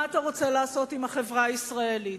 מה אתה רוצה לעשות עם החברה הישראלית?